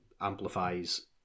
amplifies